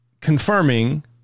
Confirming